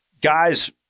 Guys